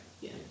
yes